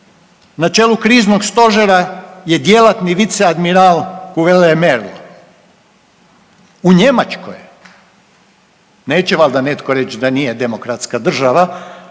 na čelu kriznog stožera je djelatni viceadmiral …/nerazumljivo/… u Njemačkoj neće valjda netko reći da nije demokratska država